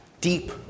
deep